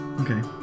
Okay